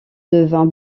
devint